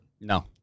No